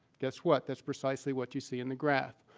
guess what? that's precisely what you see in the graph.